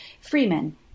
Freeman